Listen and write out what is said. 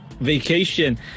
vacation